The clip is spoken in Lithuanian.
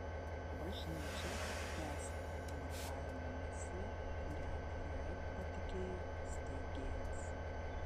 bažnyčia tęsia tarpininkavimo misiją kurią jai patikėjo steigėjas